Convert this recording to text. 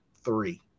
three